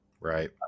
Right